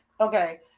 Okay